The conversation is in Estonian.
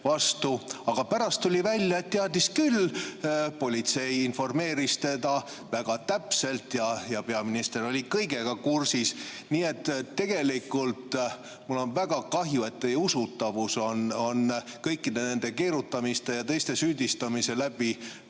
aga pärast tuli välja, et teadis küll. Politsei informeeris teda väga täpselt ja peaminister oli kõigega kursis. Tegelikult mul on väga kahju, et teie usutavus on kõikide nende keerutamiste ja teiste süüdistamise tõttu